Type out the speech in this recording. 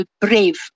brave